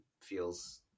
feels